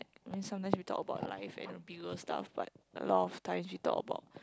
and then sometimes we talk about life and the pillow stuff but a lot of time she talk about